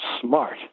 smart